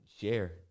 share